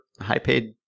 high-paid